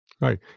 Right